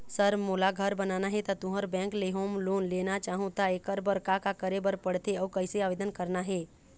Sir मोला घर बनाना हे ता तुंहर बैंक ले होम लोन लेना चाहूँ ता एकर बर का का करे बर पड़थे अउ कइसे आवेदन करना हे?